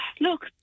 Look